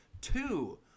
Two